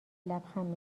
لبخند